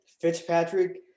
Fitzpatrick